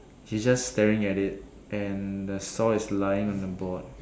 he's just staring at it and the saw is lying on the board